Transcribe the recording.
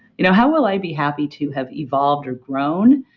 you know how will i be happy to have evolved or grown?